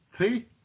See